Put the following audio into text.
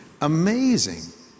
amazing